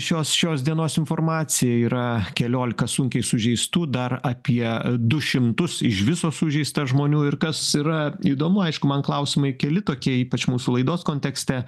šios šios dienos informacija yra keliolika sunkiai sužeistų dar apie du šimtus iš viso sužeista žmonių ir kas yra įdomu aišku man klausimai keli tokie ypač mūsų laidos kontekste